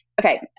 okay